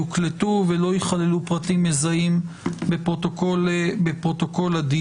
יוקלטו ולא יכללו פרטים מזהים בפרוטוקול הדיון.